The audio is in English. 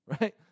right